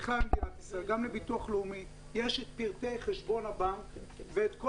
גם לביטוח לאומי יש פרטי חשבון הבנק ואת כל